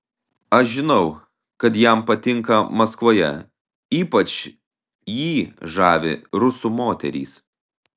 aš žinau kad jam patinka maskvoje ypač jį žavi rusų moterys